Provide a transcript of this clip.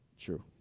True